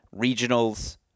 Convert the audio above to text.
regionals